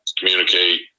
communicate